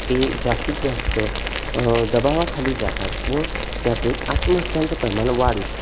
ते जास्तीत जास्त दबावाखाली जातात व त्यातून आत्महत्यांचं प्रमाण वाढू शकतं